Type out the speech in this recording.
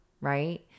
Right